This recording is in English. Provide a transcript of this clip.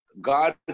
God